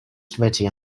sweaty